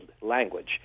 language